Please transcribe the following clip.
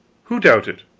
who doubted?